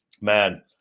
Man